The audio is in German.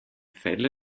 fälle